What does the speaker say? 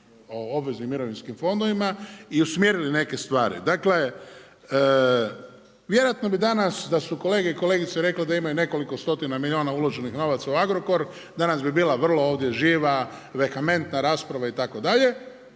o obveznim mirovinskim fondovima i usmjerili neke stvari. Dakle vjerojatno bi danas da su kolegice i kolege rekli da imaju nekoliko stotina milijuna uloženih novaca u Agrokor danas bi bila vrlo ovdje živa, vehementna rasprava itd.